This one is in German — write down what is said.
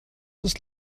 ist